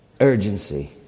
Urgency